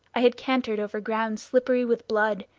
i had cantered over ground slippery with blood,